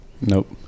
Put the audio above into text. Nope